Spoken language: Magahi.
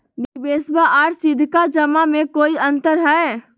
निबेसबा आर सीधका जमा मे कोइ अंतर हय?